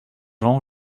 gens